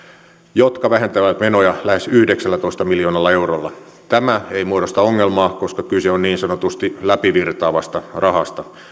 jotka vähentävät menoja lähes yhdeksällätoista miljoonalla eurolla tämä ei muodosta ongelmaa koska kyse on niin sanotusti läpivirtaavasta rahasta